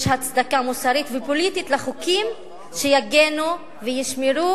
יש הצדקה מוסרית ופוליטית לחוקים שיגנו וישמרו